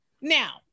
Now